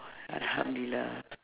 alhamdulillah